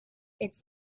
its